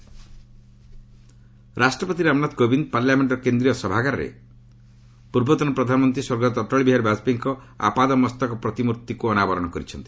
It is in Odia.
ବାଜପେୟୀ ପୋଟ୍ରେଟ୍ ରାଷ୍ଟ୍ରପତି ରାମନାଥ କୋବିନ୍ଦ ପାର୍ଲାମେଣ୍ଟର କେନ୍ଦ୍ରୀୟ ସଭାଗାରରେ ପୂର୍ବତନ ପ୍ରଧାନମନ୍ତ୍ରୀ ସ୍ୱର୍ଗତ ଅଟଳ ବିହାରୀ ବାଜପେୟୀଙ୍କ ଆପାଦମସ୍ତକ ପ୍ରତିମୂର୍ତ୍ତିକୁ ଅନାବରଣ କରିଛନ୍ତି